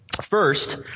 First